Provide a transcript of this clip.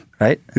Right